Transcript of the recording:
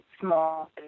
small